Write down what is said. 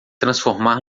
transformar